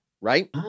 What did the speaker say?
right